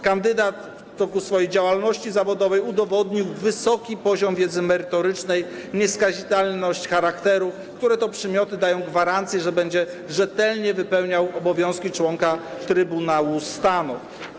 Kandydat w toku swojej działalności zawodowej udowodnił wysoki poziom wiedzy merytorycznej, nieskazitelność charakteru, które to przymioty dają gwarancję, że będzie rzetelnie wypełniał obowiązki członka Trybunału Stanu.